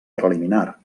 preliminar